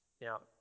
Now